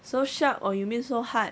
so sharp or you mean so hard